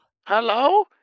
Hello